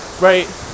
right